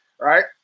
right